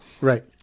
Right